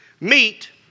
meet